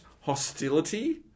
hostility